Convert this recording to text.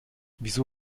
wieso